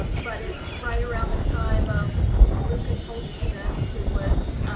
but it's right around the time of lucas holstein us who was